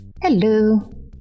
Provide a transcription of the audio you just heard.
Hello